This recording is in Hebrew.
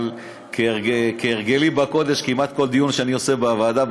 אבל כהרגלי בקודש כמעט כל דיון שאני עושה בוועדה,